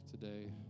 today